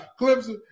Clemson